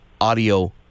audio